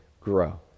Grow